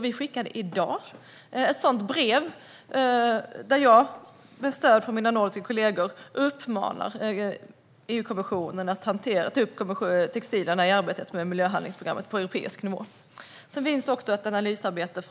Vi skickade i dag ett brev om detta, där jag med stöd från mina nordiska kollegor uppmanar EU-kommissionen att ta upp textilierna i arbetet med miljöhandlingsprogrammet på europeisk nivå. Det finns också ett analysarbete